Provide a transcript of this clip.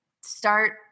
start